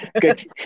good